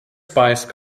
spice